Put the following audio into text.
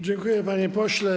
Dziękuję, panie pośle.